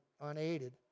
unaided